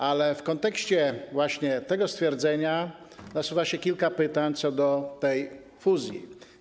Ale w kontekście właśnie tego stwierdzenia nasuwa się kilka pytań odnośnie do tej fuzji.